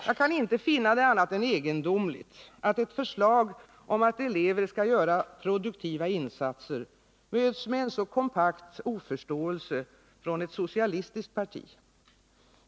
Jag kan inte finna det annat än egendomligt att ett förslag om att elever skall göra produktiva insatser möts med en så kompakt oförståelse från ett socialistiskt parti.